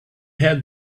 had